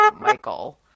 Michael